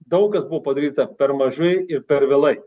daug kas buvo padaryta per mažai ir per vėlai